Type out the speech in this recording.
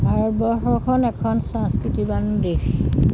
ভাৰতবৰ্ষখন এখন সংস্কৃতিবান দেশ